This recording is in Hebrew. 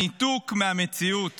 הניתוק מהמציאות